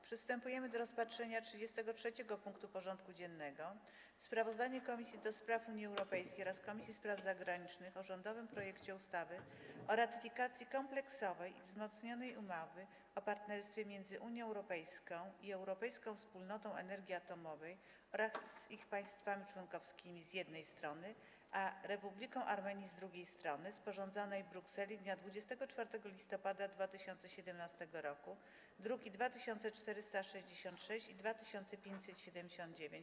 Przystępujemy do rozpatrzenia punktu 33. porządku dziennego: Sprawozdanie Komisji do Spraw Unii Europejskiej oraz Komisji Spraw Zagranicznych o rządowym projekcie ustawy o ratyfikacji Kompleksowej i wzmocnionej umowy o partnerstwie między Unią Europejską i Europejską Wspólnotą Energii Atomowej oraz ich państwami członkowskimi, z jednej strony, a Republiką Armenii, z drugiej strony, sporządzonej w Brukseli dnia 24 listopada 2017 r. (druki nr 2466 i 2579)